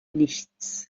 nichts